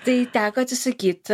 tai teko atsisakyt